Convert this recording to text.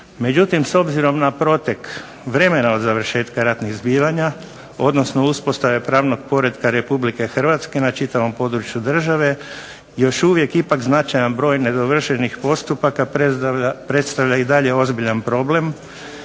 Međutim, s obzirom na protek vremena od završetka ratnih zbivanja odnosno uspostave pravnog poretka Republike Hrvatske na čitavom području države još uvijek ipak značajan broj nedovršenih postupaka predstavlja i dalje ozbiljan problem